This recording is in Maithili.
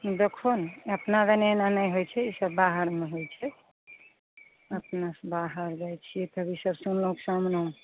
देखो ने अपना दने एना नहि होइत छै ईसब बाहरमे होइ छै अपना सब बाहर जाइत छियै तब ईसब सुनलहुँ सामने